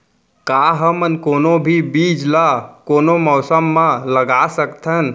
का हमन कोनो भी बीज ला कोनो मौसम म लगा सकथन?